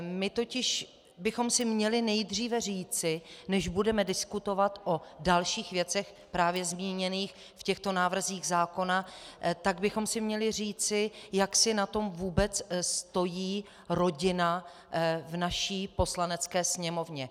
My totiž bychom si měli nejdříve říci, než budeme diskutovat o dalších věcech právě zmíněných v těchto návrzích zákona, tak bychom si měli říci, jak si na tom vůbec stojí rodina v naší Poslanecké sněmovně.